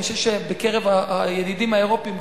אני חושב שבקרב הידידים האירופים,